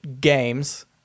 games